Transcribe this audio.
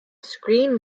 screen